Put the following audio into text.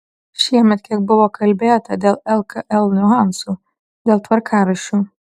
šiemet kiek buvo kalbėta dėl lkl niuansų dėl tvarkaraščių